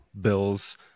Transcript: bills